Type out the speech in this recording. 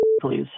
please